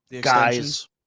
guys